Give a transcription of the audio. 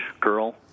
girl